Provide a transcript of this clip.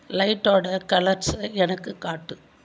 லைட்டோட கலர்ஸை எனக்கு காட்டு